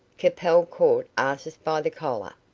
capel caught artis by the collar.